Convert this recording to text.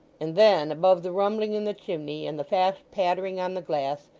and then, above the rumbling in the chimney, and the fast pattering on the glass,